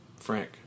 Frank